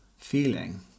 feeling